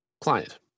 Client